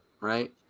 right